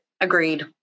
Agreed